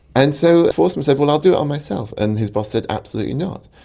and so forssmann said, well, i'll do it on myself, and his boss said absolutely not.